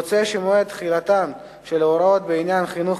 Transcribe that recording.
מוצע שמועד תחילתן של ההוראות בעניין החינוך